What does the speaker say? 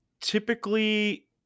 typically